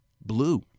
blue